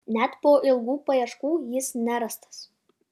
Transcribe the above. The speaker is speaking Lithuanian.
net po ilgų paieškų jis nerastas